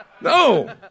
No